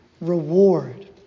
reward